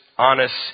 Honest